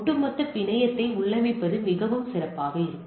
ஒட்டுமொத்த பிணையத்தை உள்ளமைப்பது மிகவும் சிறப்பாக இருக்கும்